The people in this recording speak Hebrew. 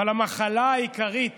אבל המחלה העיקרית